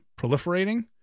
proliferating